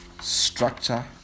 structure